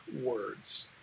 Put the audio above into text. words